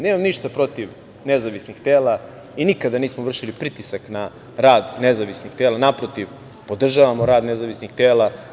Nemam ništa protiv nezavisnih tela i nikada nismo vršili pritisak na rad nezavisnih tela, naprotiv podržavamo rad nezavisnih tela.